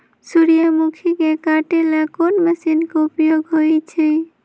सूर्यमुखी के काटे ला कोंन मशीन के उपयोग होई छइ?